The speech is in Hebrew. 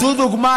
זו הייתה דוגמה,